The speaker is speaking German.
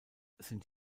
sind